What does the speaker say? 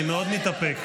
אני מאוד מתאפק.